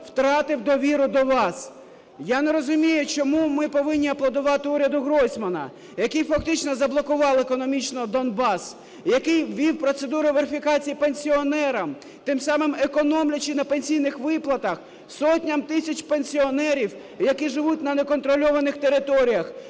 втратив довіру до вас. Я не розумію, чому ми повинні аплодувати уряду Гройсмана, який фактично заблокував економічно Донбас, який ввів процедуру верифікації пенсіонерам, тим самим економлячи на пенсійних виплатах сотням тисяч пенсіонерів, які живуть на неконтрольованих територіях?